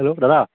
hello দাদা